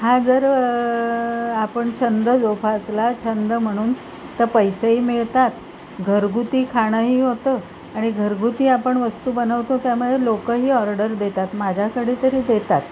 हा जर आपण छंद जोपासला छंद म्हणून तर पैसेही मिळतात घरगुती खाणंही होतं आणि घरगुती आपण वस्तू बनवतो त्यामुळे लोकंही ऑर्डर देतात माझ्याकडे तरी देतात